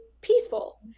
peaceful